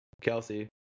Kelsey